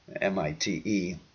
M-I-T-E